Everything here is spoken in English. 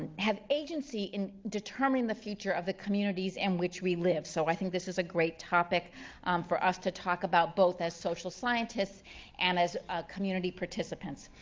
have agency in determining the future of the communities in which we live. so i think this is a great topic for us to talk about, both as social scientists and as community participants.